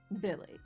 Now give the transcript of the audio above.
Billy